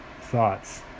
thoughts